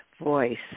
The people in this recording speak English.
voice